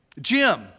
Jim